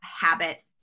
habit